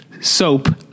soap